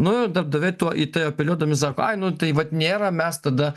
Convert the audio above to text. nu darbdaviai tuo į tai apeliuodami sako ai nu tai vat nėra mes tada